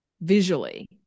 visually